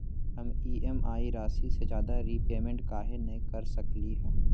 हम ई.एम.आई राशि से ज्यादा रीपेमेंट कहे न कर सकलि ह?